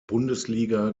bundesliga